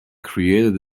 created